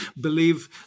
believe